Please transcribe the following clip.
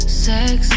sex